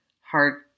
hard